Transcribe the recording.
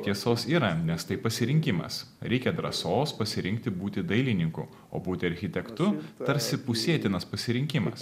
tiesos yra nes tai pasirinkimas reikia drąsos pasirinkti būti dailininku o būti architektu tarsi pusėtinas pasirinkimas